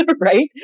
right